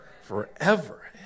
Forever